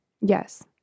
Yes